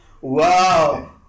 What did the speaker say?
wow